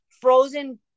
frozen